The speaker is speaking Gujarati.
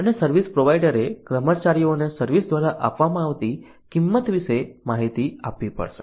અને સર્વિસ પ્રોવાઇડરે કર્મચારીઓને સર્વિસ દ્વારા આપવામાં આવતી કિંમત વિશે માહિતી આપવી પડશે